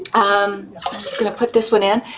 i'm just going to put this one in.